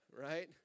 right